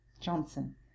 Johnson